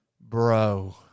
bro